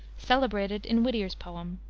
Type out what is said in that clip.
celebrated in whittier's poem.